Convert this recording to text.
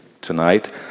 tonight